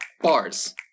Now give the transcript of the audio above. bars